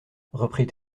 reprit